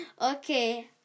Okay